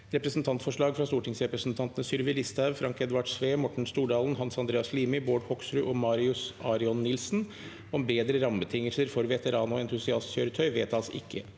Representantforslag fra stortingsrepresentantene Sylvi Listhaug, Frank Edvard Sve, Morten Stordalen, Hans Andreas Limi, Bård Hoksrud og Marius Arion Nilsen om bedre rammebetingelser for veteran- og entusiastkjøretøy (Innst.